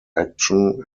action